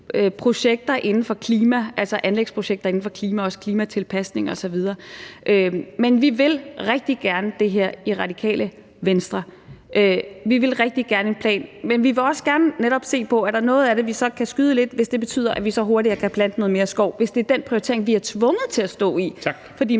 er også derfor, jeg nævner anlægsprojekter inden for klima og også klimatilpasninger osv. Vi vil rigtig gerne det her i Radikale Venstre. Vi vil rigtig gerne have en plan, men vi vil netop også gerne se på, om der er noget af det, vi kan udskyde lidt, hvis det betyder, at vi så hurtigere kan plante noget mere skov, hvis det er den prioritering, vi er tvunget til at stå over for, fordi